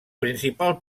principal